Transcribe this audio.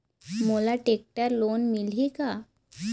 मोला tractor loan मिलही का?